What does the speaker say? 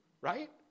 right